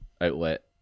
outlet